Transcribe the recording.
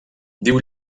diu